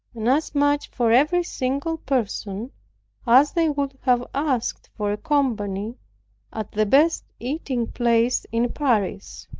and as much for every single person as they would have asked for a company at the best eating place in paris.